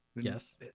Yes